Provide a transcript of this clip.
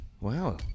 Wow